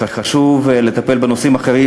חשוב לטפל בנושאים אחרים,